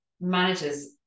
managers